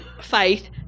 faith